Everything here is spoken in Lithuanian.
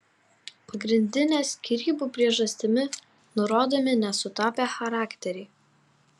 pagrindinė skyrybų priežastimi nurodomi nesutapę charakteriai